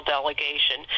delegation